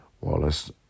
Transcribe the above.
Wallace